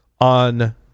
on